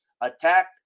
Attack